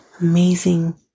amazing